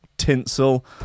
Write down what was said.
tinsel